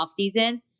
offseason